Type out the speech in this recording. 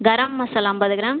கரம் மசாலா ஐம்பது கிராம்